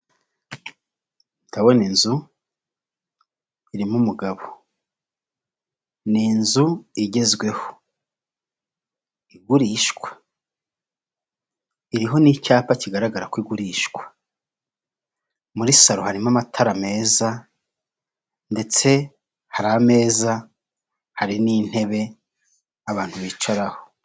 Ndabona inzu irimo umugabo. Ni inzu igezweho. Igurishwa! Iriho n'icyapa kigaragara ko igurishwa Muri salo harimo amatara meza, ndetse ha ameza hari n'intebe, abantu bicaraho.